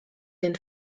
den